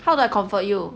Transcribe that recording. how do I comfort you